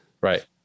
Right